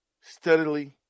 steadily